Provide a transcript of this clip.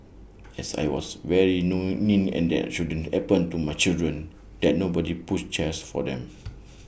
as I was very know and that shouldn't happen to my children that nobody pushed chairs for them